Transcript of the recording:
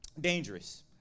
dangerous